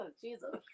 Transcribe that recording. Jesus